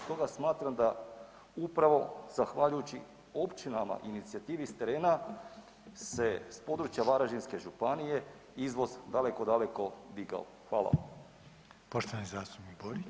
Stoga smatram da upravo zahvaljujući općinama inicijativi s terena s područja Varaždinske županije izvoz daleko, daleko digao.